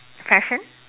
fashion